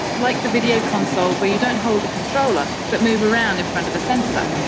like the video consoles where you don't hold the controller but move around in front of a sensor.